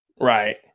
right